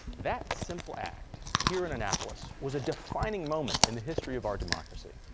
that simple act here in annapolis was a defining moment in the history of our democracy.